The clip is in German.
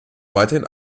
weiterhin